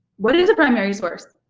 what is a primary source?